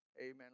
amen